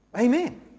Amen